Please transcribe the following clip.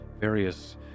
various